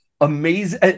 Amazing